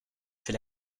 fait